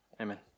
Amen